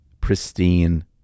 pristine